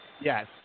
Yes